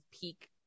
peak